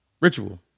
Ritual